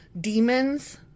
demons